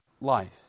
life